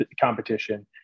competition